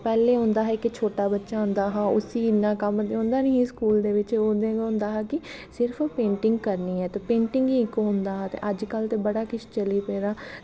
पैह्लें होंदा हा इक छोटा बच्चा होंदा हा उसी इ'न्ना कम्म देई ओड़दा नी एह् स्कूल दा ओह् होंदा हा कि सिर्फ पेंटिंग करनी ऐ ते पेंटिंग गै इक होंदा हा अज्ज कल ते बड़ा किश चली पेदा